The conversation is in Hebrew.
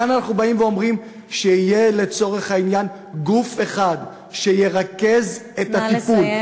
כאן אנחנו באים ואומרים שיהיה לצורך העניין גוף אחד שירכז את הטיפול,